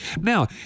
Now